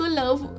love